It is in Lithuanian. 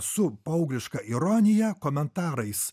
su paaugliška ironija komentarais